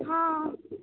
हँ